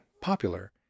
popular